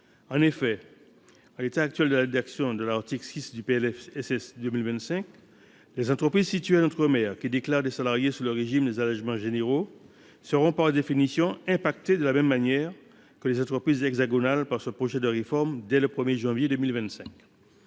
En effet, en l’état actuel de la rédaction de l’article 6 du PLFSS, les entreprises situées en outre mer qui déclarent des salariés sous le régime des allégements généraux seront, par définition, impactées de la même manière que les entreprises hexagonales par ce projet de réforme dès le 1 janvier 2025.